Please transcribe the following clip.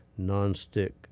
nonstick